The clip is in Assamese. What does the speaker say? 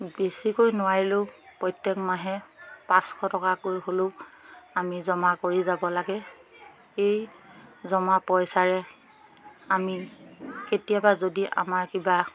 বেছিকৈ নোৱাৰিলেও প্ৰত্যেক মাহে পাঁচশ টকাকৈ হ'লেও আমি জমা কৰি যাব লাগে এই জমা পইচাৰে আমি কেতিয়াবা যদি আমাৰ কিবা